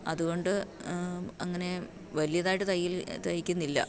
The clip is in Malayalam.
അത്കൊണ്ട് അങ്ങനെ വലുതായിട്ട് തയ്യൽ തയ്ക്കുന്നില്ല